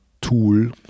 tool